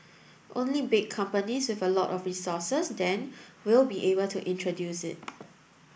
only big companies with a lot of resources then will be able to introduce it